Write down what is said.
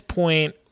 point